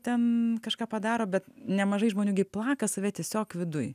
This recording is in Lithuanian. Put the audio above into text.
ten kažką padaro bet nemažai žmonių gi plaka save tiesiog viduj